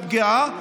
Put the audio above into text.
הפגיעה.